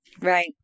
Right